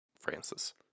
francis